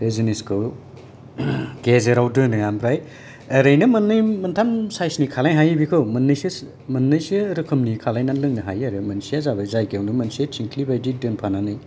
बे जिनिसखौ गेजेराव दोनो ओरैनो मोननै मोनथाम साइसनि खालामनो हायो आरो बिसेस मोननैसो रोखोमनि बानायनानै लोंनो हायो मोनसेया जाबाय जायो थिंख्लिबादि दोनफानानै